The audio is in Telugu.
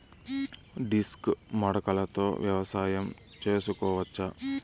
డిస్క్ మడకలతో వ్యవసాయం చేసుకోవచ్చా??